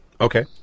Okay